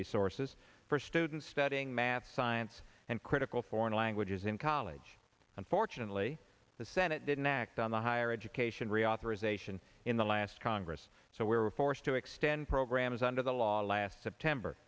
resources for students studying math science and critical foreign languages in college unfortunately the senate didn't act on the higher education reauthorization in the last congress so we were forced to extend programs under the law last september